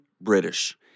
British